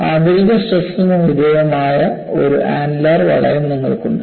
ആന്തരിക സ്ട്രെസ്ന് വിധേയമായ ഒരു ആനുലാർ വളയം നിങ്ങൾക്കുണ്ട്